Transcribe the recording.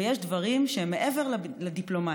ויש דברים שהם מעבר לדיפלומטיה.